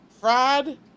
fried